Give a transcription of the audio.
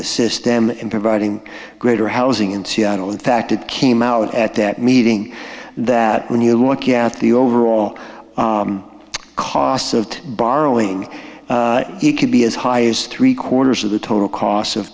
assist them in providing greater housing in seattle in fact it came out at that meeting that when you look at the overall costs of borrowing it could be as high as three quarters of the total costs of